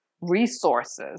resources